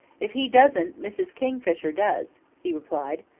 if he doesn't, mrs. kingfisher does, he replied.